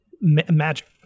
magic